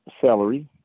salary